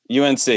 UNC